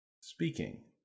Speaking